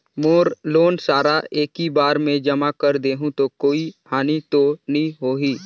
मोर loan सारा एकी बार मे जमा कर देहु तो कोई हानि तो नी होही?